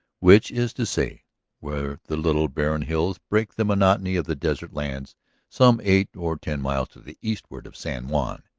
which is to say where the little, barren hills break the monotony of the desert lands some eight or ten miles to the eastward of san juan.